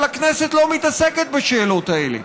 אבל הכנסת לא מתעסקת בשאלות האלה,